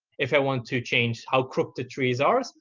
if i want to change how crooked the trees are,